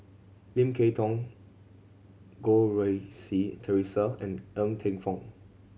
Lim Kay Tong Goh Rui Si Theresa and Ng Teng Fong